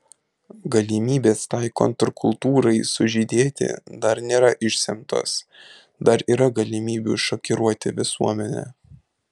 galimybės tai kontrkultūrai sužydėti dar nėra išsemtos dar yra galimybių šokiruoti visuomenę